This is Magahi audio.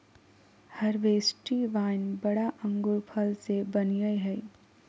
हर्बेस्टि वाइन बड़ा अंगूर फल से बनयय हइ